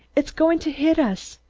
it's going to hit us!